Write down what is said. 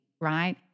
Right